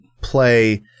play